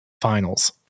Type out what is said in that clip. finals